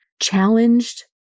challenged